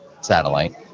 satellite